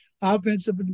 offensive